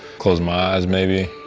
close my eyes maybe,